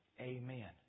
Amen